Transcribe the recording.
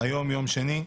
היום יום שני,